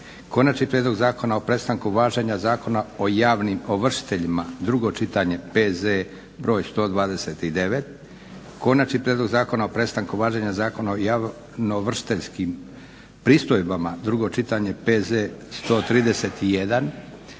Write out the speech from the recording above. Konačni prijedlog zakona o prestanku važenja Zakona o javnim ovršiteljima, drugo čitanje, PZ br. 129; - Konačni prijedlog zakona o prestanku važenja Zakona o javnoovršiteljskim pristojbama, drugo čitanje, PZ br.